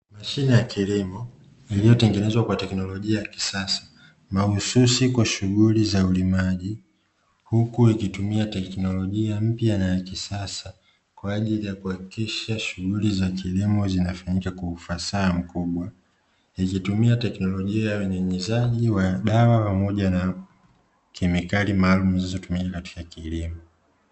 Mashine ya kilimo iliyotengenezwa kwa teknolojia ya kisasa, mahususi kwa shughuli za ulimaji, huku ikitumia teknolojia mpya na ya kisasa, kwa ajili ya kuhakikisha shughuli za kilimo zinafanyika kwa ufasaha mkubwa, yakitumia teknolojia ya unyunyuzaji wa dawa pamoja na kemikali maalumu zinazotumika katika kilimo.